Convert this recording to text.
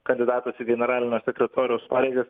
kandidatas į generalinio sekretoriaus pareigas